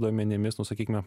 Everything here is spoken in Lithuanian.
duomenimis nu sakykime